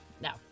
no